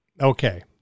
Okay